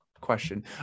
question